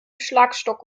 schlagstock